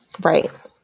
Right